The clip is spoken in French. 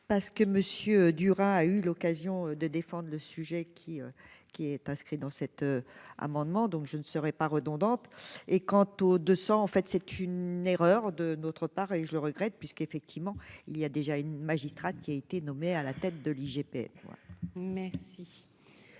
parce que Monsieur Durand a eu l'occasion de défendre le sujet qui qui est inscrit dans cet amendement, donc je ne serai pas redondantes et quant aux 200 en fait, c'est une erreur de notre part et je le regrette puisqu'effectivement il y a déjà une magistrate qui a été nommé à la tête de l'IGPN merci